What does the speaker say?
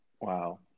wow